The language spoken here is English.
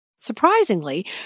Surprisingly